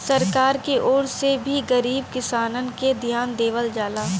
सरकार के ओर से भी गरीब किसानन के धियान देवल जाला